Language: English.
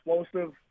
explosive